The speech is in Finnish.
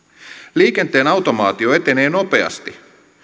liikenteen automaatio etenee nopeasti